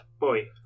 Boy